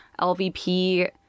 LVP